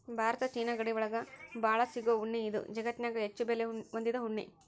Bharat China ಗಡಿ ಒಳಗ ಬಾಳ ಸಿಗು ಉಣ್ಣಿ ಇದು ಜಗತ್ತನ್ಯಾಗ ಹೆಚ್ಚು ಬೆಲೆ ಹೊಂದಿದ ಉಣ್ಣಿ